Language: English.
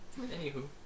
Anywho